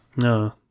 No